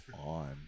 on